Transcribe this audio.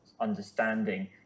understanding